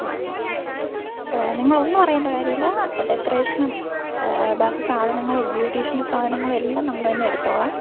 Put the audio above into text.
ആ ആ നിങ്ങൾ ഒന്നും അറിയണ്ട കാര്യം ഇല്ല ഡെക്കറേഷനും ബാക്കി സാധനങ്ങളും ബ്യൂട്ടീഷ്യൻ്റെ സാധനങ്ങളും എല്ലാം നമ്മൾ തന്നെ എടുത്തോളാം